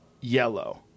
yellow